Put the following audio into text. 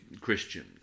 Christian